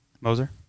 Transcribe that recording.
Moser